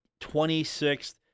26th